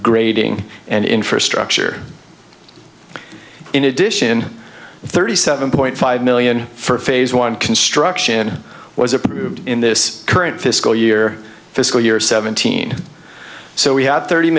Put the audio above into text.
grading and infrastructure in addition thirty seven point five million for phase one construction was approved in this current fiscal year fiscal year seventeen so we had thirty